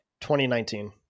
2019